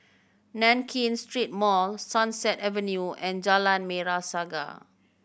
Nankin Street Mall Sunset Avenue and Jalan Merah Saga